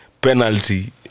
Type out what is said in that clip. penalty